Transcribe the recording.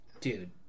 dude